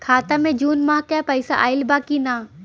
खाता मे जून माह क पैसा आईल बा की ना?